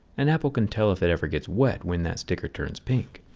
and apple can tell if it ever gets wet when that sticker turns pink.